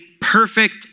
perfect